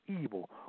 evil